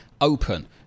open